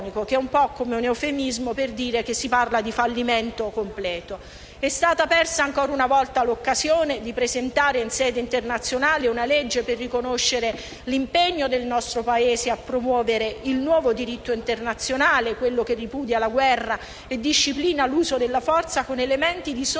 è stata persa l'occasione di presentare in sede internazionale una legge per riconoscere l'impegno del nostro Paese a promuovere il nuovo diritto internazionale, che ripudia la guerra e disciplina l'uso della forza come elementi di sovranazionalità